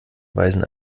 weisen